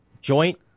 joint